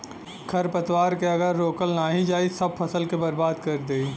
खरपतवार के अगर रोकल नाही जाई सब फसल के बर्बाद कर देई